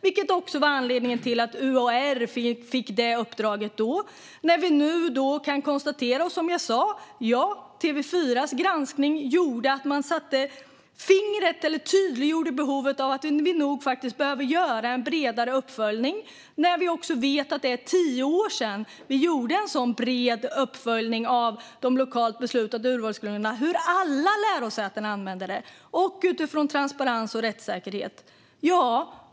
Detta var också anledningen till att UHR fick uppdraget. Som jag sa kan vi nu konstatera att TV4:s granskning satte fingret på och tydliggjorde att vi nog behöver göra en bredare uppföljning. Vi vet att det är tio år sedan vi gjorde en sådan bred uppföljning av de lokalt beslutade urvalsgrunderna och hur alla lärosäten använder dessa, utifrån transparens och rättssäkerhet.